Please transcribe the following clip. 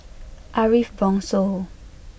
Ariff Bongso